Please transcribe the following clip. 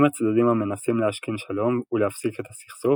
עם הצדדים המנסים להשכין שלום ולהפסיק את הסכסוך